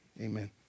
Amen